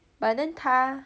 but then 他